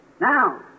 Now